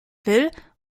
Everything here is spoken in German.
will